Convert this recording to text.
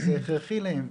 וזה הכרחי להם,